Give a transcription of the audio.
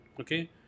okay